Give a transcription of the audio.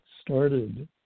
started